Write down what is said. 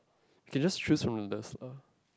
you can just choose from the uh